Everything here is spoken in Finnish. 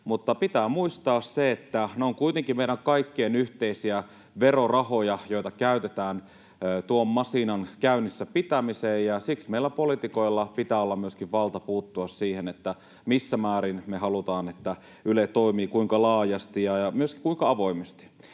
Mutta pitää muistaa, että ne ovat kuitenkin meidän kaikkien yhteisiä verorahoja, joita käytetään tuon masiinan käynnissä pitämiseen, ja siksi meillä poliitikoilla pitää olla myöskin valta puuttua siihen, missä määrin me halutaan, että Yle toimii, kuinka laajasti ja myöskin kuinka avoimesti.